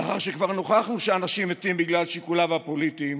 לאחר שכבר נוכחנו שאנשים מתים בגלל שיקוליו הפוליטיים,